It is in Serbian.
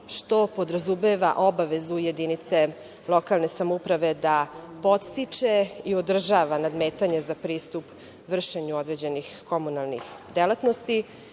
što podrazumeva obavezu jedinice lokalne samouprave da podstiče i održava nadmetanje za pristup vršenju određenih komunalnih delatnosti.